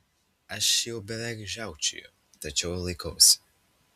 aš jau beveik žiaukčioju tačiau laikausi